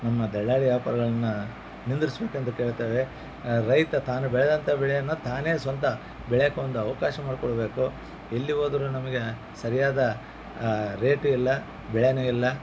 ನಮ್ಮ ದಲ್ಲಾಳಿ ವ್ಯಾಪಾರಿಗಳನ್ನ ನಿಂದಿರ್ಸಬೇಕೆಂದು ಕೇಳ್ತೇವೆ ರೈತ ತಾನು ಬೆಳೆದಂಥ ಬೆಳೆಯನ್ನು ತಾನೇ ಸ್ವಂತ ಬೆಳೆಯೋಕ್ ಒಂದು ಅವಕಾಶ ಮಾಡಿಕೊಡ್ಬೇಕು ಎಲ್ಲಿ ಹೋದರು ನಮಗೆ ಸರಿಯಾದ ರೇಟ್ ಇಲ್ಲ ಬೆಳೆ ಇಲ್ಲ